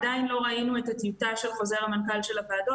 עדיין לא ראינו את הטיוטה של חוזר המנכ"ל של הוועדות,